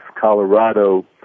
Colorado